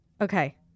Okay